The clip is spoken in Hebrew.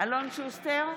אלון שוסטר,